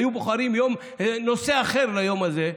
היו בוחרים נושא אחר ליום הזה,